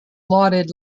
lauded